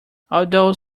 although